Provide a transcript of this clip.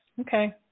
Okay